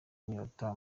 inyota